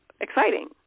exciting